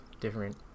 different